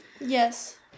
yes